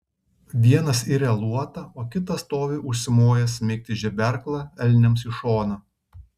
vienas iria luotą o kitas stovi užsimojęs smeigti žeberklą elniams į šoną